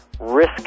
risk